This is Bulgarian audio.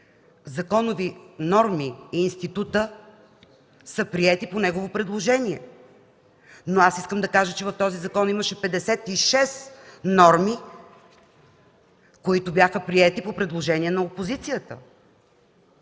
законови норми и институти са приети по негово предложение. Но аз искам да кажа, че в този закон имаше 56 норми, които бяха приети по предложение на опозицията.